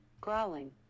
growling